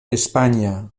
españa